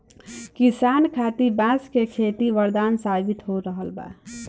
किसान खातिर बांस के खेती वरदान साबित हो रहल बा